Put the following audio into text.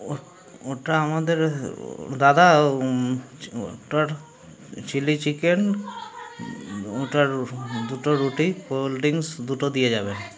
ও ওটা আমাদের দাদা ওটার চিলি চিকেন ওটার দুটো রুটি কোল্ড ড্রিঙ্কস দুটো দিয়ে যাবেন